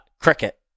cricket